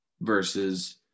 versus